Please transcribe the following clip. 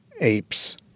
apes